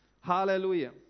Hallelujah